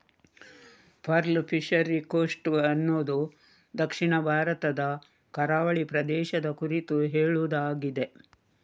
pearl fishery coast ಅನ್ನುದು ದಕ್ಷಿಣ ಭಾರತದ ಕರಾವಳಿ ಪ್ರದೇಶದ ಕುರಿತು ಹೇಳುದಾಗಿದೆ